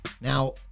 Now